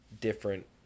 different